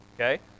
Okay